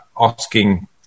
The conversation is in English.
asking